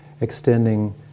extending